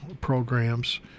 programs